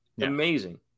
Amazing